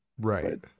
Right